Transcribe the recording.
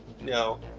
no